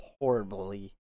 horribly